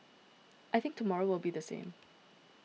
I think tomorrow will be the same